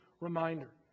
reminder